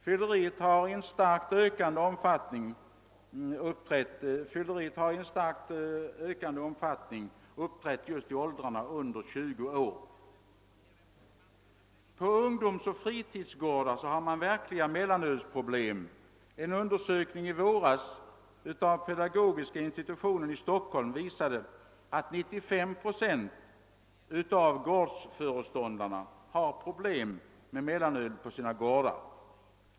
Fylleriet har fått sin tyngdpunkt just i åldrarna under 20 år. På ungdomsoch fritidsgårdar har man verkliga mellanölsproblem. En undersökning i våras av pedagogiska institutionen i Stockholm visade att 95 procent av gårdsföreståndarna har problem med mellanölet på sina gårdar.